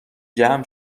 جمع